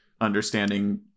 understanding